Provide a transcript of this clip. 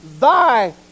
thy